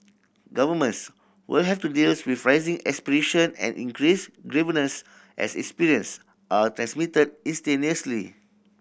governments will have to deals with rising aspiration and increased grievance as experience are transmitted instantaneously